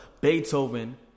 Beethoven